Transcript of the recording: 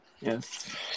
Yes